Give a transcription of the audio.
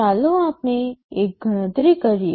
ચાલો આપણે એક ગણતરી કરીએ